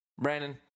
Brandon